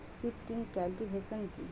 Shifting cultivation কি?